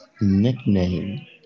nickname